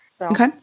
Okay